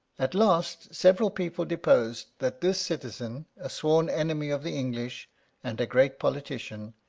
at last, several people deposed that this citizen, a sworn enemy of the english and a great politician,